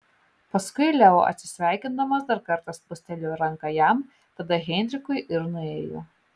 paskui leo atsisveikindamas dar kartą spustelėjo ranką jam tada heinrichui ir nuėjo